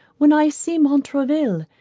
when i see montraville,